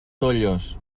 tollos